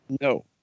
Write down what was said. No